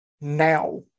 now